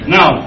Now